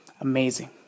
amazing